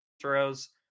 throws